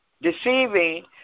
Deceiving